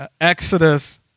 Exodus